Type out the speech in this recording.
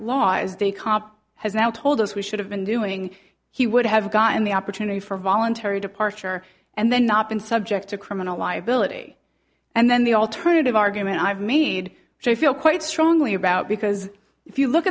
as the cop has now told us we should have been doing he would have gotten the opportunity for voluntary departure and then not been subject to criminal liability and then the alternative argument i've made which i feel quite strongly about because if you look